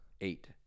eight